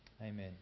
amen